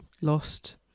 lost